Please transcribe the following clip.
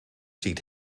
ziet